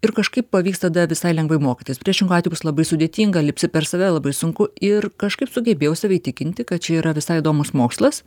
ir kažkaip pavyks tada visai lengvai mokytis priešingu atveju bus labai sudėtinga lipsi per save labai sunku ir kažkaip sugebėjau save įtikinti kad čia yra visai įdomus mokslas